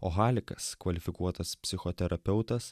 o halikas kvalifikuotas psichoterapeutas